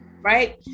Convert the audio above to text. right